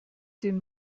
den